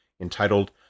entitled